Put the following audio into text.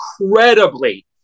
incredibly